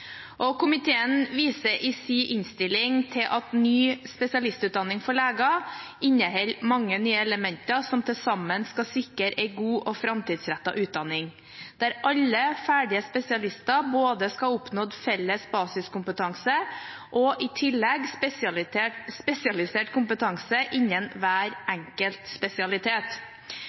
leger. Komiteen viser i sin innstilling til at ny spesialistutdanning for leger inneholder mange nye elementer som til sammen skal sikre en god og framtidsrettet utdanning, der alle ferdige spesialister skal ha oppnådd både felles basiskompetanse og i tillegg spesialisert kompetanse innen hver enkelt spesialitet.